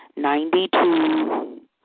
Ninety-two